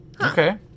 Okay